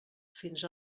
fins